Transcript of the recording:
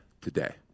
today